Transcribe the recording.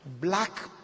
black